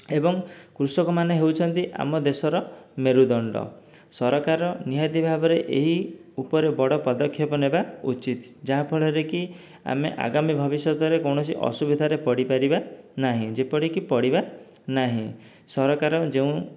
ଏବଂ କୃଷକମାନେ ହେଉଛନ୍ତି ଆମ ଦେଶର ମେରୁଦଣ୍ଡ ସରକାର ନିହାତି ଭାବରେ ଏହି ଉପରେ ବଡ଼ ପଦକ୍ଷେପ ନେବା ଉଚିତ୍ ଯାହାଫଳରେ କି ଆମେ ଆଗାମୀ ଭବିଷ୍ୟତରେ କୌଣସି ଅସୁବିଧାରେ ପଡ଼ିପାରିବା ନାହିଁ ଯେପରିକି ପଡ଼ିବା ନାହିଁ ସରକାର ଯେଉଁ